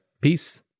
Peace